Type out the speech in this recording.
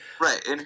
right